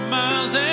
miles